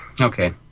Okay